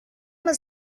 was